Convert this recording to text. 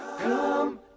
Come